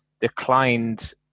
declined